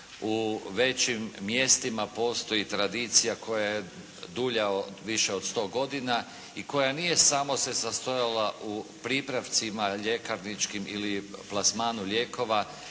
u većim mjestima postoji tradicija koja je dulja više od sto godina i koja nije se samo sastojala u pripravcima ljekarničkim ili plasmanu lijekova,